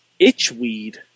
Itchweed